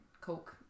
Coke